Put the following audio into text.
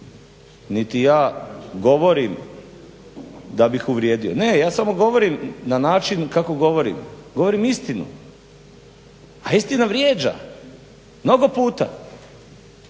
niti ja govorim da bih uvrijedio. Ne, ja samo govorim na način kako govorim. Govorim istinu! A istina vrijeđa mnogo puta.